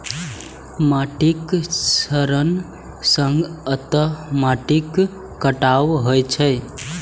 माटिक क्षरण सं अंततः माटिक कटाव होइ छै